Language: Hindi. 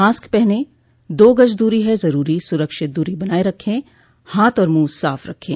मास्क पहनें दो गज़ दूरी है ज़रूरी सुरक्षित दूरी बनाए रखें हाथ और मुंह साफ़ रखें